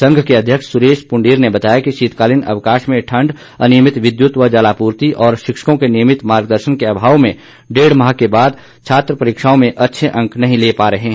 संघ के अध्यक्ष सुरेश पुंडीर ने बताया कि शीतकालीन अवकाश में ठंड अनियमित विद्युत व जलापूर्ति और शिक्षकों के नियमित मार्गदर्शन के अभाव में डेढ़ माह के बाद छात्र परीक्षाओं में अच्छे अंक नहीं ले पा रहे हैं